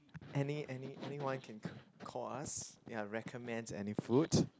any any anyone can call us ya recommend any food